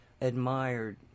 admired